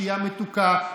שתייה מתוקה,